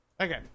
Okay